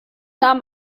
nahm